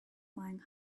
flying